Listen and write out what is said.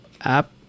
app